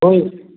होय